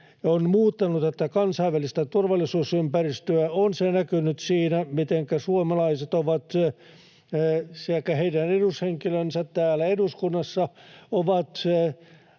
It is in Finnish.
on muuttanut tätä kansainvälistä turvallisuusympäristöä, on se näkynyt siinä, mitenkä suomalaiset sekä heidän edushenkilönsä täällä eduskunnassa